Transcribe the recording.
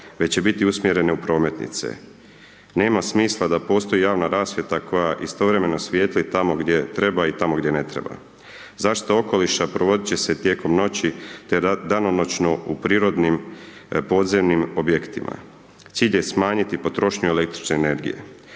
već će biti usmjerene u prometnice. Nema smisla da postoji javna rasvjeta koja istovremeno svijetli tamo gdje treba i tamo gdje ne treba. Zaštita okoliša provodit će se tijekom noći te danonoćno u prirodnim podzemnim objektima. Cilj je smanjiti potrošnju električne energije.